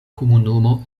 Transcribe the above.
komunumo